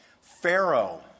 Pharaoh